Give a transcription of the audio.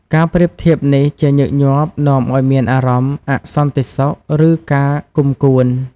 ការប្រៀបធៀបនេះជាញឹកញាប់នាំឲ្យមានអារម្មណ៍អសន្តិសុខ ឬការគុំគួន។